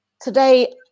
today